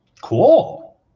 cool